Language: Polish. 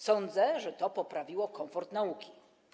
Sądzę, że to poprawiło komfort nauki.